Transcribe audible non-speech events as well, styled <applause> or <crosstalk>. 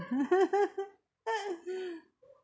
<laughs>